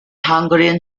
hungarian